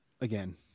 Again